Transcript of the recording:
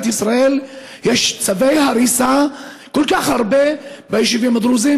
ישראל יש כל כך הרבה צווי הריסה ביישובים הדרוזיים.